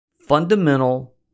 fundamental